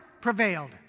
prevailed